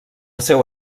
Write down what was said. seu